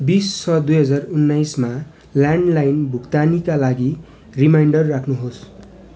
बिस छ दुई हजार उन्नाइसमा ल्यान्ड लाइन भुक्तानीका लागि रिमाइन्डर राख्नु होस्